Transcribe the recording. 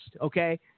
okay